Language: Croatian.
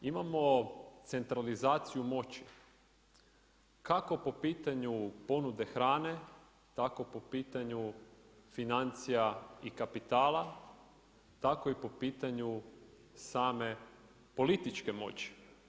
Imamo centralizaciju moći, kako po pitanju ponude hrane tako po pitanju financija i kapitala, tako i po pitanju same političke moći.